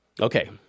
Okay